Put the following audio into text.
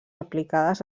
aplicades